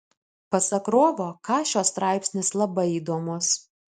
pasak rovo kašio straipsnis labai įdomus